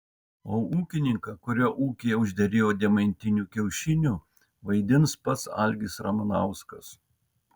o ūkininką kurio ūkyje užderėjo deimantinių kiaušinių vaidins pats algis ramanauskas